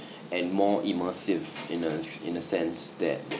and more immersive in a in a sense that